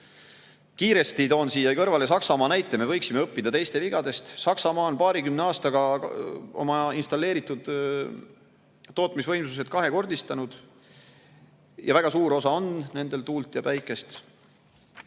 Kiiresti toon siia kõrvale Saksamaa näite. Me võiksime õppida teiste vigadest. Saksamaa on paarikümne aastaga oma installeeritud tootmisvõimsused kahekordistanud. Väga suures osas on nende [energiatootmises